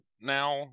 now